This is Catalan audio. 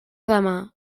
demà